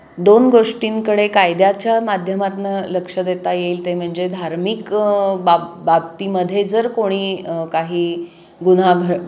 दोन गोष्टींकडे कायद्याच्या माध्यमातनं लक्ष देता येईल ते म्हणजे धार्मिक बाब बाबतीमध्ये जर कोणी काही गुन्हा घ